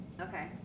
Okay